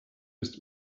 ist